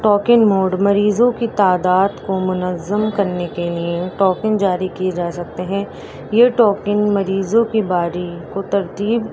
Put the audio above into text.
token mode مریضوں کی تعداد کو منظم کرنے کے لیے ٹوکن جاری کیے جا سکتے ہیں یہ ٹوکن مریضوں کی باری کو ترتیب